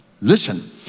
Listen